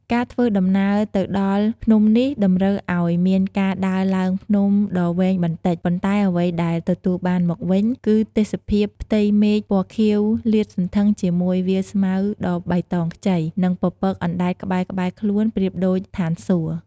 ការធ្វើដំណើរទៅដល់ភ្នំនេះតម្រូវឲ្យមានការដើរឡើងភ្នំដ៏វែងបន្តិច ប៉ុន្តែអ្វីដែលទទួលបានមកវិញ គឺទេសភាពផ្ទៃមេឃពណ៌ខៀវលាតសន្ធឹងជាមួយវាលស្មៅដ៏បៃតងខ្ចី និងពពកអណ្ដែតក្បែរៗខ្លួនប្រៀបដូចឋានសួគ៌។